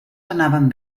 anaven